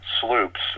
sloops